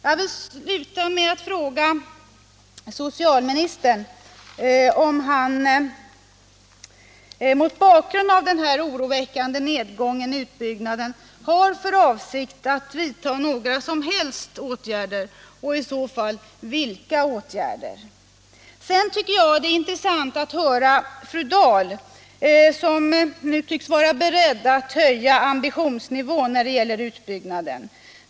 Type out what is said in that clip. Jag vill sluta med att fråga socialministern om han, mot bakgrund av den här oroväckande nedgången i utbyggnaden, har för avsikt att vidta några som helst åtgärder och i så fall vilka. Sedan tycker jag att det är intressant att höra fru Dahl, som nu tycks vara beredd att höja ambitionsnivån när det gäller utbyggnader.